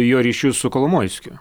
jo ryšius su kolomojskiu